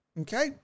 okay